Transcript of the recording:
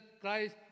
Christ